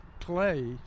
clay